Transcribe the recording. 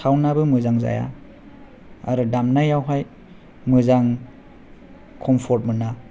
सावन्दयाबो मोजां जाया आरो दामनायावहाय मोजां कमफर्थ मोना